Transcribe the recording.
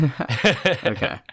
Okay